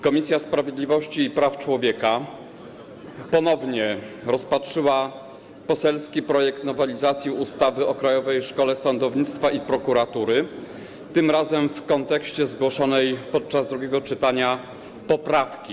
Komisja Sprawiedliwości i Praw Człowieka ponownie rozpatrzyła poselski projekt nowelizacji ustawy o Krajowej Szkole Sądownictwa i Prokuratury, tym razem w kontekście zgłoszonej podczas drugiego czytania poprawki.